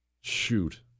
Shoot